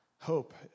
hope